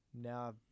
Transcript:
Now